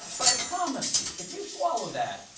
but i promise you, if you swallow that,